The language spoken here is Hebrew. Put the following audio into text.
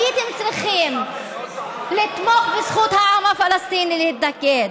הייתם צריכים לתמוך בזכות העם הפלסטיני להתנגד.